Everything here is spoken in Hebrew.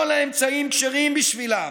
כל האמצעים כשרים בשבילם.